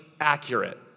accurate